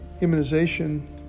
immunization